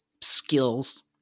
skills